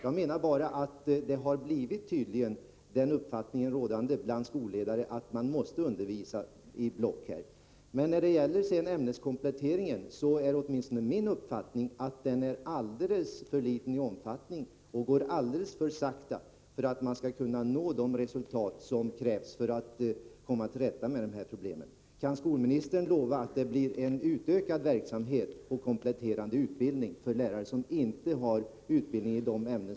Jag menar bara att den uppfattningen tydligen blivit rådande bland skolledare att man måste undervisa i block. När det sedan gäller ämneskompletteringen är det åtminstone min uppfattning att den sker i alldeles för liten omfattning och att den går alldeles för sakta för att man skall kunna nå de resultat som krävs, om vi skall komma till rätta med de här problemen.